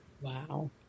Wow